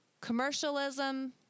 commercialism